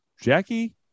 Jackie